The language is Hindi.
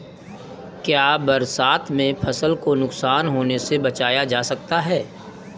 क्या बरसात में फसल को नुकसान होने से बचाया जा सकता है?